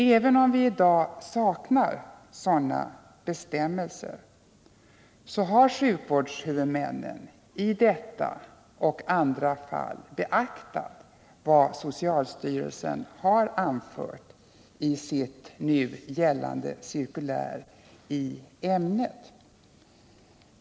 Även om vi i dag saknar sådana bestämmelser har sjukvårdshuvudmännen i detta och andra fall beaktat vad socialstyrelsen har anfört i sitt nu gällande cirkulär i ämnet.